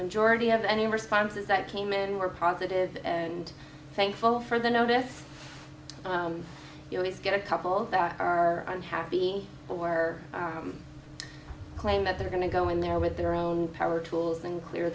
majority of any responses that came in were positive and thankful for the no deaths you know he's got a couple that are unhappy or claim that they're going to go in there with their own power tools and clear